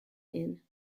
inn